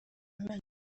imana